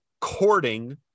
courting